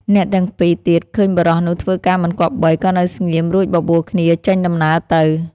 អ្នកពីរនាក់ទៀតឃើញបុរសនោះធ្វើការមិនគប្បី ក៏នៅស្ងៀម រួចបបួលគ្នាចេញដំណើរទៅ។